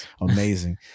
amazing